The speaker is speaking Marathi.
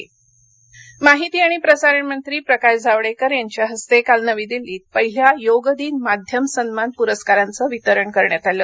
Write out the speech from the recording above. योग प्रस्कार माहिती आणि प्रसारण मंत्री प्रकाश जावडेकर यांच्या हस्ते काल नवी दिल्लीत पहिल्या योग दिन माध्यम सन्मान प्रस्कारांचं वितरण करण्यात आलं